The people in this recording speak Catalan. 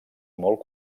molt